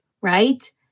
right